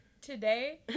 Today